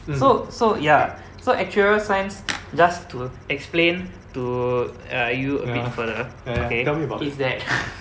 so so ya so actuarial science just to explain to uh you a bit further okay is that